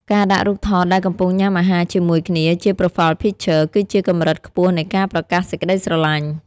ការដាក់រូបថតដែលកំពុងញ៉ាំអាហារជាមួយគ្នាជា Profile Picture គឺជាកម្រិតខ្ពស់នៃការប្រកាសសេចក្ដីស្រឡាញ់។